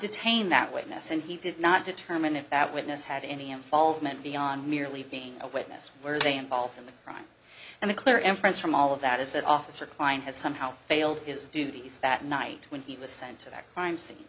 detain that witness and he did not determine if that witness had any involvement beyond merely being a witness where they involved in the crime and the clear inference from all of that is that officer kline had somehow failed is the duties that night when he was sent to the crime scene